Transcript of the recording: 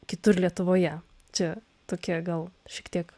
kitur lietuvoje čia tokia gal šiek tiek